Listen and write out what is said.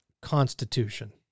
Constitution